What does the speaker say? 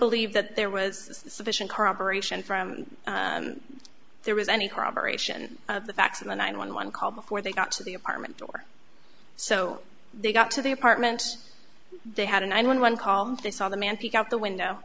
believe that there was sufficient corroboration from there was any corroboration of the facts of the nine one one call before they got to the apartment or so they got to the apartment they had a nine one one call and they saw the man peek out the window